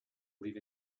live